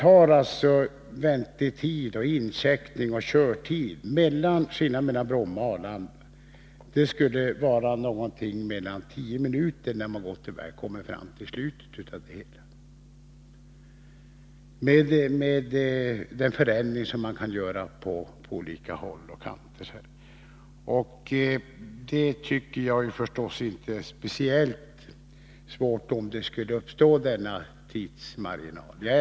Om man jämför väntetid, incheckning och körtid ser man att skillnaden mellan Bromma och Arlanda — med de förändringar som kan genomföras på olika håll och kanter — blir ungefär 10 minuter när man gott och väl kommer fram till slutet av resan. Denna tidsmarginal tycker jag inte är speciellt allvarlig.